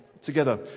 together